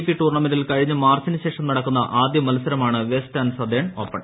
P ടൂർണമെന്റിൽ കഴിഞ്ഞ മാർച്ചിനുശേഷം നടക്കുന്ന ആദ്യ മത്സരമാണ് വെസ്റ്റ് ആന്റ് സതേൺ ഓപ്പൺ